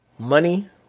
money